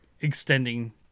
extending